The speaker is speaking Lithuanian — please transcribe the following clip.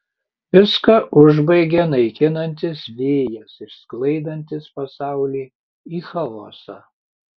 viską užbaigia naikinantis vėjas išsklaidantis pasaulį į chaosą